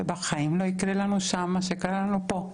ובחיים לא יקרה לנו שם מה שקרה לנו פה.